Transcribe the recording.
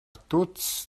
tuts